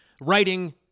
Writing